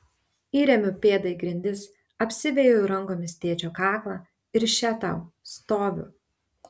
įremiu pėdą į grindis apsiveju rankomis tėčio kaklą ir še tau stoviu